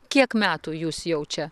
kiek metų jūs jau čia